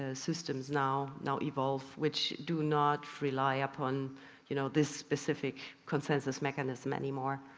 ah systems now, now evolve which do not rely upon you know this specific consensus mechanism any more.